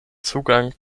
zugang